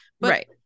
right